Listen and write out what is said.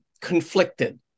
conflicted